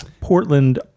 portland